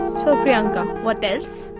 so priyanka, what else?